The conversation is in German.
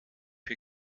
für